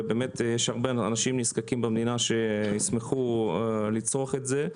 ויש הרבה אנשים נזקקים במדינה שישמחו לצרוך את זה.